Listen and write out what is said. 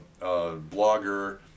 blogger